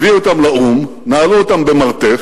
הביאו אותם לאו"ם, נעלו אותם במרתף,